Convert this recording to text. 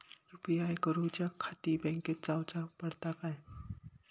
UPI करूच्याखाती बँकेत जाऊचा पडता काय?